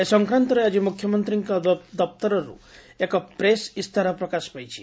ଏ ସଂକ୍ରାନ୍ତରେ ଆକି ମୁଖ୍ୟମନ୍ତୀଙ୍କ ଦପ୍ତରରୁ ଏକ ପ୍ରେସ୍ ଇସ୍ତାହାର ପ୍ରକାଶ ପାଇଛି